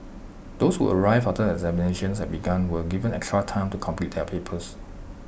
those who arrived after the examinations had begun were given extra time to complete their papers